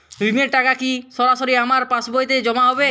ঋণের টাকা কি সরাসরি আমার পাসবইতে জমা হবে?